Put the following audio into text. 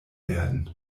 werden